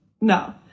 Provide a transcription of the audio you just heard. No